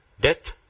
Death